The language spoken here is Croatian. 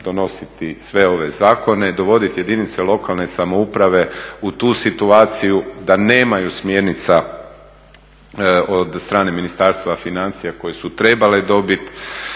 donositi sve ove zakone, dovoditi jedinice lokalne samouprave u tu situaciju da nemaju smjernica od strane Ministarstva financija koje su trebale dobiti